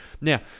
Now